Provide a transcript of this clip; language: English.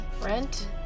Rent